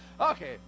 Okay